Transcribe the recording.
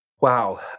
Wow